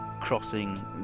crossing